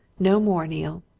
no more, neale.